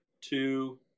two